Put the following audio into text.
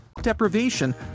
Deprivation